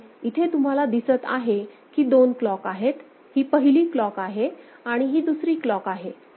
आणि इथे तुम्हाला दिसत आहे की दोन क्लॉकआहेत ही पहिली क्लॉक आहे आणि ही दुसरी क्लॉक आहे